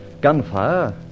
Gunfire